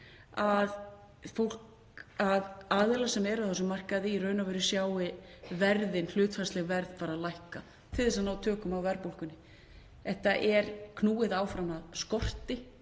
að aðilar sem eru á þessum markaði í raun og veru sjái verð, hlutfallslegt verð, lækka. Það er leiðin til þess að ná tökum á verðbólgunni. Þetta er knúið áfram af skorti,